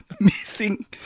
Missing